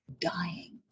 dying